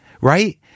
right